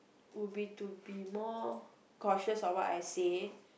would be to be more cautious of what I say